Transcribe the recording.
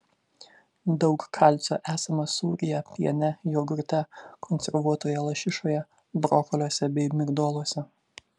daug kalcio esama sūryje piene jogurte konservuotoje lašišoje brokoliuose bei migdoluose